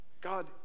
God